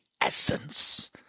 essence